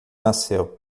nasceu